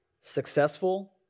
Successful